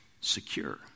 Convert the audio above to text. secure